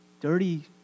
dirty